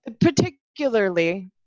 Particularly